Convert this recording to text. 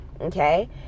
okay